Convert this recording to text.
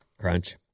Crunch